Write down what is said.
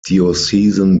diocesan